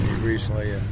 recently